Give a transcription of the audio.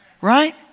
right